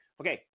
Okay